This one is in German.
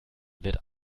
wird